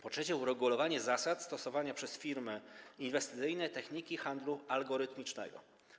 Po trzecie, uregulowanie zasad stosowania przez firmy inwestycyjne techniki handlu algorytmicznego.